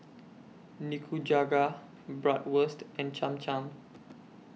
Nikujaga Bratwurst and Cham Cham